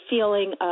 feeling